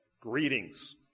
greetings